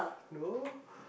no